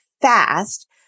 fast